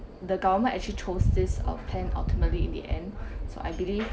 the government actually chose this uh plan ultimately in the end so I believe